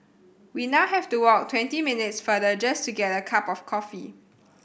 we now have to walk twenty minutes farther just to get a cup of coffee